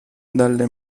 dalle